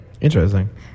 Interesting